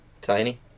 tiny